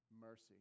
mercy